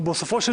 ובסופו של